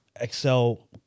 excel